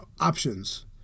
options